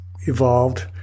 evolved